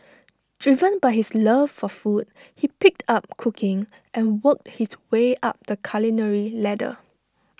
driven by his love for food he picked up cooking and worked his way up the culinary ladder